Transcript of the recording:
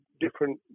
different